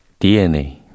DNA